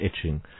etching